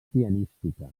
pianística